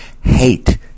hate